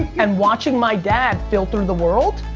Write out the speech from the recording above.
and watching my dad filter the world,